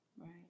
Right